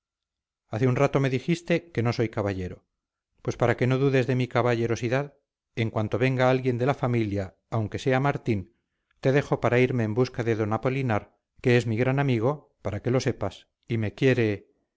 hace un rato me dijiste que no soy caballero pues para que no dudes de mi caballerosidad en cuanto venga alguien de la familia aunque sea martín te dejo para irme en busca de d apolinar que es mi gran amigo para que lo sepas y me quiere